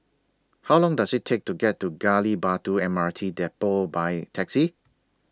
How Long Does IT Take to get to Gali Batu M R T Depot By Taxi